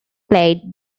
played